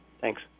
thanks